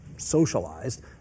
socialized